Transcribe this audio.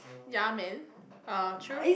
ya man err true